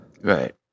Right